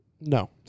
No